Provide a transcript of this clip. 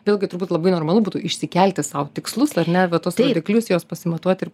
vėlgi turbūt labai normalu būtų išsikelti sau tikslus ar ne va tuos rodiklius juos pasimatuot ir